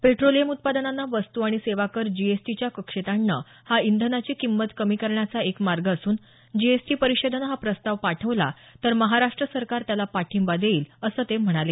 petroleum उत्पादनांना वस्तू आणि सेवा कर जीएसटीच्या कक्षेत आणणं हा इंधनाची किंमत कमी करण्याचा एक मार्ग असून जीएसटी परिषदेनं हा प्रस्ताव पाठवला तर महाराष्ट्र सरकार त्याला पाठिंबा देईल असं ते म्हणाले